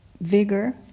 vigor